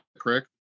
correct